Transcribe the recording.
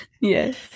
yes